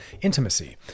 intimacy